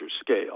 scale